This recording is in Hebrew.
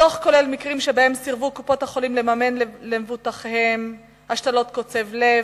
הדוח כולל מקרים שבהם סירבו קופות-החולים לממן למבוטחיהן השתלת קוצב לב,